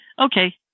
Okay